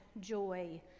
joy